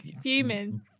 fuming